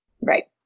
right